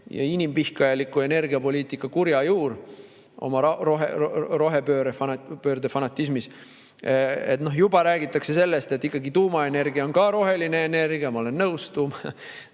ja inimvihkajaliku energiapoliitika kurja juur oma rohepöördefanatismis. Juba räägitakse sellest, et ikkagi tuumaenergia on ka roheline energia – ma olen nõus, tuumaenergia